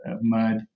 mud